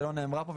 שלא נאמרה פה,